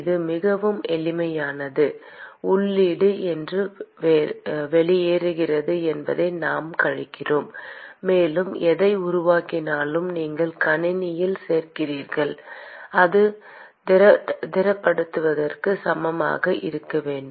இது மிகவும் எளிமையானது உள்ளீடு என்ன வெளியேறுகிறது என்பதை நாம்கழிக்கிறோம் மேலும் எதை உருவாக்கினாலும் நீங்கள் கணினியில் சேர்க்கிறீர்கள் அது திரட்டப்படுவதற்கு சமமாக இருக்க வேண்டும்